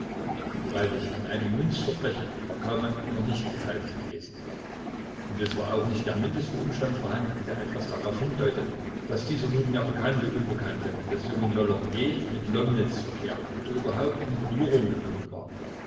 freilich an einem münzverbrechen war kaumann noch nicht beteiligt gewesen und es war auch nicht der mindeste umstand vorhanden der etwa darauf hindeutete daß dieser nunmehr bekannte unbekannte des jungen möller je mit lomnitz verkehrt oder überhaupt in berührung gekommen war